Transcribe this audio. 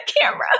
camera